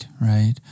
Right